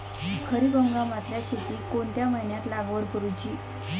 खरीप हंगामातल्या शेतीक कोणत्या महिन्यात लागवड करूची?